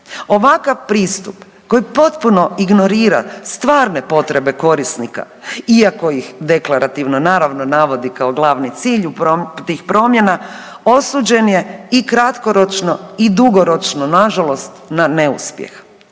Ovakav pristup koji potpuno ignorira stvarne potrebe korisnika iako ih deklarativno naravno navodi kao glavni cilj tih promjena osuđen je i kratkoročno i dugoročno nažalost na neuspjeh.